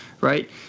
right